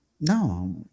No